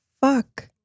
fuck